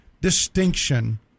distinction